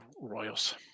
Royals